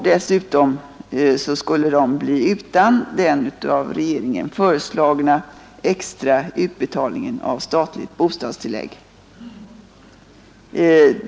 Dessutom skulle de bli utan den av regeringen föreslagna extra utbetalningen av statligt bostadstillägg.